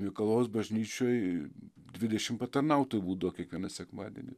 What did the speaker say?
mikalojaus bažnyčioj dvidešim patarnautojų būdavo kiekvieną sekmadienį